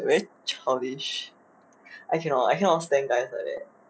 very childish I cannot I cannot stand guys like that